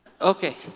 Okay